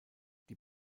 die